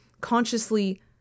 consciously